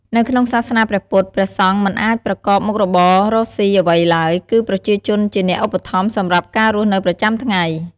នៅក្នុងសាសនាព្រះពុទ្ធ ព្រះសង្ឃមិនអាចប្រកបមុខរបរកសុីអ្វីឡើយ គឺប្រជាជនជាអ្នកឧបត្ថម្ភសម្រាប់ការរស់នៅប្រចាំថ្ងៃ។